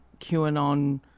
QAnon